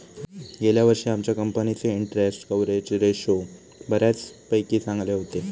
गेल्या वर्षी आमच्या कंपनीचे इंटरस्टेट कव्हरेज रेशो बऱ्यापैकी चांगले होते